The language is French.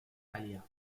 aléas